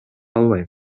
албайм